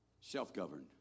self-governed